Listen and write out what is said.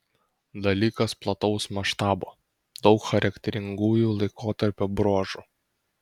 dalykas plataus maštabo daug charakteringųjų laikotarpio bruožų